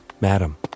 Madam